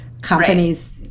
companies